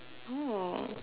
oh